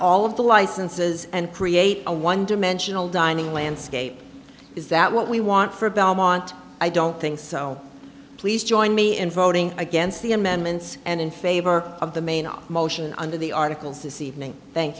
all of the licenses and create a one dimensional dining landscape is that what we want for belmont i don't think so please join me in voting against the amendments and in favor of the main motion under the articles this evening thank